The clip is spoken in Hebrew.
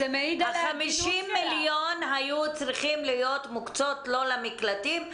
50 מיליון היו צריכים להיות מוקצים לא למקלטים,